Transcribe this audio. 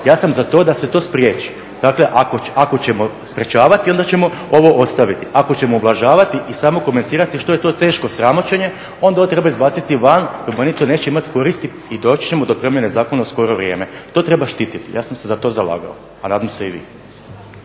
Ja sam za to da se to spriječi. Dakle ako ćemo sprečavati onda ćemo ovo ostaviti, ako ćemo ublažavati i samo komentirati što je to teško sramoćenje onda ovo treba izbaciti van …neće imati koristi i doći ćemo do promjene zakona u skoro vrijeme. To treba štititi ja sam se za to zalagao, a nadam se i vi.